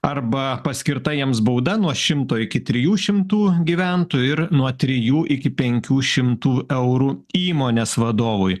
arba paskirta jiems bauda nuo šimto iki trijų šimtų gyventojų ir nuo trijų iki penkių šimtų eurų įmonės vadovui